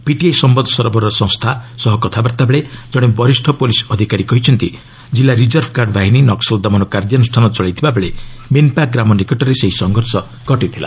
PTI ସମ୍ଭାଦ ସରବରାହ ସଂସ୍ଥା ସହ କଥାବାର୍ତ୍ତା ବେଳେ ଜଣେ ବରିଷ ପୁଲିସ୍ ଅଧିକାରୀ କହିଛନ୍ତି ଜିଲ୍ଲା ରିଜର୍ଭ ଗାର୍ଡ ବାହିନୀ ନକ୍କଲ ଦମନ କାର୍ଯ୍ୟାନୁଷ୍ଠାନ ଚଳେଇଥିଲାବେଳେ ମିନ୍ପା ଗ୍ରାମ ନିକଟରେ ସେହି ସଂଘର୍ଷ ଘଟିଥିଲା